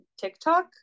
TikTok